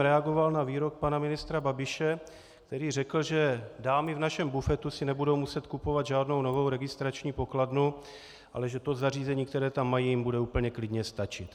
Reagoval jsem v něm na výrok pana ministra Babiše, který řekl, že dámy v našem bufetu si nebudou muset kupovat žádnou novou registrační pokladnu, ale že zařízení, které tam mají, jim bude úplně klidně stačit.